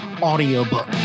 audiobook